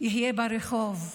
יהיה ברחוב,